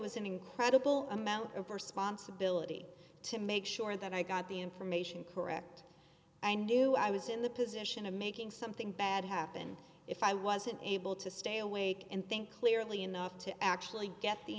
was an incredible amount of responsibility to make sure that i got the information correct i knew i was in the position of making something bad happen if i wasn't able to stay awake and think clearly enough to actually get the